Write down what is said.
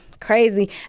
crazy